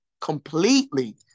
completely